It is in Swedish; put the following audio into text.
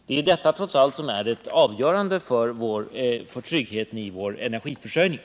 Det är trots allt detta som är det avgörande för tryggheten i vår energiförsörjning.